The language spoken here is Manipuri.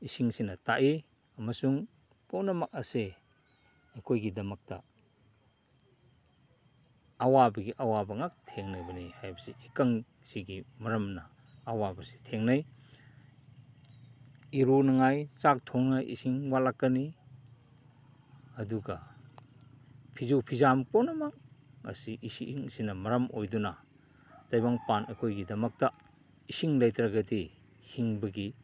ꯏꯁꯤꯡꯁꯤꯅ ꯇꯥꯛꯏ ꯑꯃꯁꯨꯡ ꯄꯨꯝꯅꯃꯛ ꯑꯁꯤ ꯑꯩꯈꯣꯏꯒꯤꯗꯃꯛꯇ ꯑꯋꯥꯕꯒꯤ ꯑꯋꯥꯕ ꯉꯥꯛ ꯊꯦꯡꯅꯒꯅꯤ ꯍꯥꯏꯕꯁꯤ ꯏꯀꯪꯁꯤꯒꯤ ꯃꯔꯝꯅ ꯑꯋꯥꯕꯁꯤ ꯊꯦꯡꯅꯩ ꯏꯔꯨꯅꯉꯥꯏ ꯆꯥꯛ ꯊꯣꯡꯅꯉꯥꯏ ꯏꯁꯤꯡ ꯋꯥꯠꯂꯛꯀꯅꯤ ꯑꯗꯨꯒ ꯐꯤꯁꯨ ꯐꯤꯖꯥꯝ ꯄꯨꯝꯅꯃꯛ ꯑꯁꯤ ꯏꯁꯤꯡꯁꯤꯅ ꯃꯔꯝ ꯑꯣꯏꯗꯨꯅ ꯇꯥꯏꯕꯪꯄꯥꯟ ꯑꯩꯈꯣꯏꯒꯤꯗꯃꯛꯇ ꯏꯁꯤꯡ ꯂꯩꯇ꯭ꯔꯒꯗꯤ ꯍꯤꯡꯕꯒꯤ